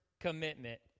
Commitment